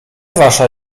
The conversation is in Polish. wasza